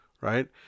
right